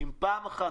אם פעם אחת,